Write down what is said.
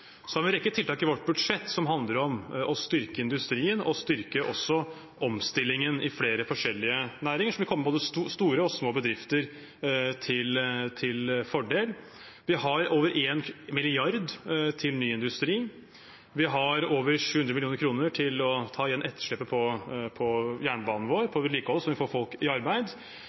Så har vi en rekke tiltak i vårt budsjett som handler om å styrke industrien og også å styrke omstillingen i flere forskjellige næringer, som vil være en fordel for både store og små bedrifter. Vi har over 1 mrd. kr til ny industri. Vi har over 700 mill. kr til å ta igjen etterslepet på vedlikehold på jernbanen vår, som vil få folk i arbeid.